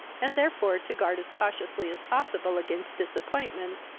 and therefore to guard as cautiously as possible against disappointments,